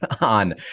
on